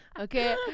Okay